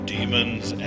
Demons